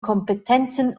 kompetenzen